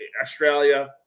Australia